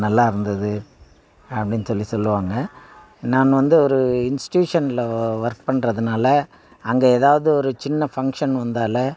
நல்லா இருந்தது அப்படின்னு சொல்லி சொல்லுவாங்க நான் வந்து ஒரு இன்ஸ்டியூஷனில் ஒர்க் பண்ணுறதுனால அங்கே எதாவது ஒரு சின்ன ஃபங்க்ஷன் வந்தாலே